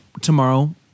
Tomorrow